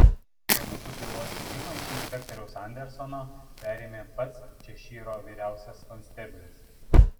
tuo metu bylos tyrimą iš inspektoriaus andersono perėmė pats češyro vyriausias konsteblis